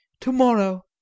Tomorrow